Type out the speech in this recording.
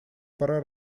пора